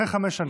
אחרי חמש שנים.